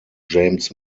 james